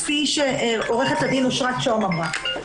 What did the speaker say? כפי שעורכת הדין אושרת שוהם אמרה.